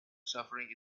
suffering